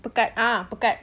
pekat ah pekat